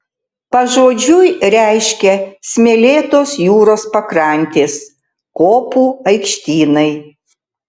pažodžiui reiškia smėlėtos jūros pakrantės kopų aikštynai